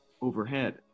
overhead